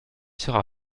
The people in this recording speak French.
sera